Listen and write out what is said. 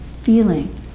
feeling